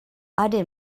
other